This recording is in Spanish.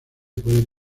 puede